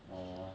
orh